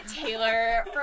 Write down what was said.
Taylor